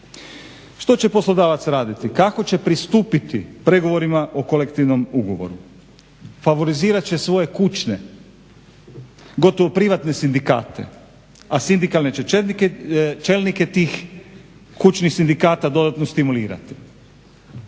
Što će poslodavac raditi? Kako će pristupiti pregovorima o kolektivnom ugovoru? Favorizirat će svoje kućne gotovo privatne sindikate, a sindikalne će čelnike tih kućnih sindikata dodatno stimulirati.